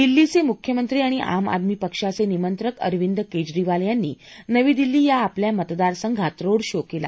दिल्लीचे मुख्यमंत्री आणि आम आदमी पक्षाचे निमंत्रक अरविंद केजरीवाल यांनी नवी दिल्ली या आपल्या मतदारसंघात रोड शो केला